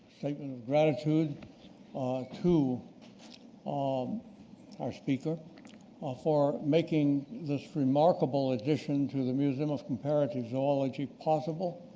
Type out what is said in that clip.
gratitude to um our speaker for making this remarkable addition to the museum of comparative zoology possible,